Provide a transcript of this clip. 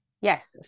Yes